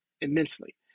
immensely